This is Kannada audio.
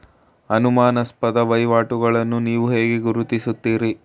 ಅನುಮಾನಾಸ್ಪದ ವಹಿವಾಟುಗಳನ್ನು ನೀವು ಹೇಗೆ ಗುರುತಿಸುತ್ತೀರಿ?